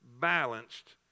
balanced